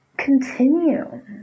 Continue